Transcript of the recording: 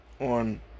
on